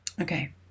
Okay